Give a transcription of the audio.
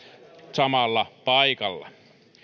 samalla paikalla